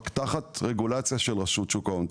רק תחת רגולציה של רשות שוק ההון.